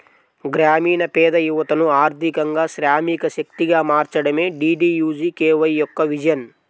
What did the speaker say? గ్రామీణ పేద యువతను ఆర్థికంగా శ్రామిక శక్తిగా మార్చడమే డీడీయూజీకేవై యొక్క విజన్